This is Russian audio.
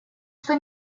что